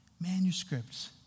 manuscripts